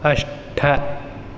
अष्ट